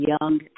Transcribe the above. young